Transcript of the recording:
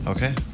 Okay